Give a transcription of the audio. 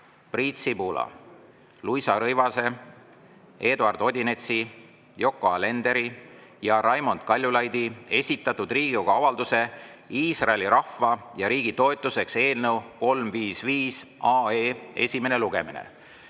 Priit Sibula, Luisa Rõivase, Eduard Odinetsi, Yoko Alenderi ja Raimond Kaljulaidi esitatud Riigikogu avalduse "Iisraeli rahva ja riigi toetuseks" eelnõu 355 esimene lugemine. Tutvustan